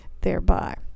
thereby